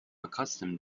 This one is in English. accustomed